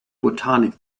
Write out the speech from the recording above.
botanik